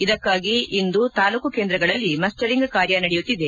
ಇದಕ್ಕಾಗಿ ಇಂದು ತಾಲೂಕು ಕೇಂದ್ರಗಳಲ್ಲಿ ಮಸ್ಸರಿಂಗ್ ಕಾರ್ಯ ನಡೆಯುತ್ತಿದೆ